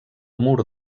mur